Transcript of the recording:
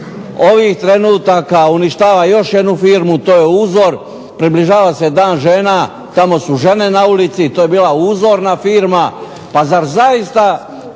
ovih trenutaka uništava još jednu firmu. To je uzor. Približava se Dan žena, samo su žene na ulici. To je bila uzorna firma. Pa zar zaista